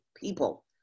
people